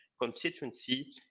constituency